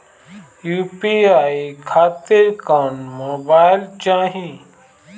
UPI खातिर कौन mobile चाहीं?